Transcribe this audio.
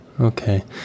Okay